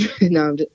no